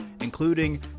including